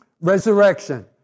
Resurrection